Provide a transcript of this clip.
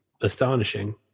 astonishing